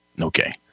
Okay